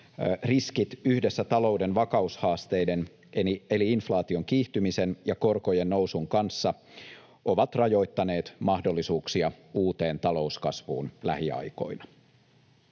riskit yhdessä talouden vakaushaasteiden eli inflaation kiihtymisen ja korkojen nousun kanssa ovat rajoittaneet mahdollisuuksia uuteen talouskasvuun lähiaikoina.